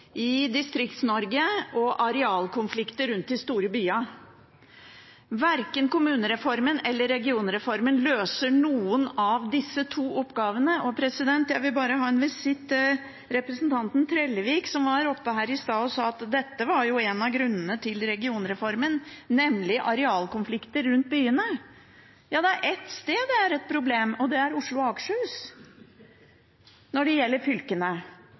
fra Distrikts-Norge og arealkonflikter rundt de store byene. Verken kommunereformen eller regionreformen løser disse to oppgavene. Jeg vil bare gjøre en visitt til representanten Trellevik, som sa at arealkonflikter rundt byene var en av grunnene til regionreformen. Det er ett sted det er et problem, og det er i Oslo og Akershus når det gjelder fylkene,